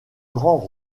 grand